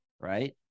right